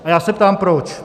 A já se ptám proč?